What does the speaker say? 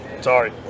Sorry